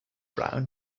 brown